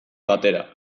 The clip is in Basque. batera